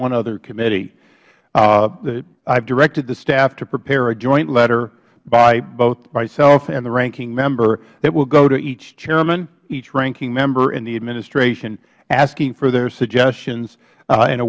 one other committee i have directed the staff to prepare a joint letter by both myself and the ranking member that will go to each chairman each ranking member and the administration asking for their suggestions a